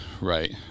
right